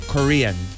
Korean